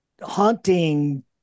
haunting